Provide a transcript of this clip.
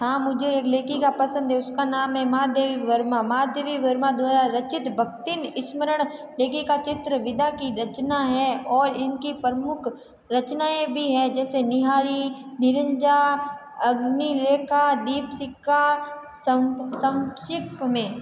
हाँ मुझे एक लेखिका पसंद है उसका नाम है महादेवी वर्मा महादेवी वर्मा द्वारा रचित भक्तिन स्मरण लेखिका चित्रा विद्या की रचना है और इनकी प्रमुख रचनाएँ भी हैं जैसे निहारी निरिंजा अग्नि लेखा दीप शिक्षा संक्षिप्त में